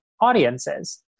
audiences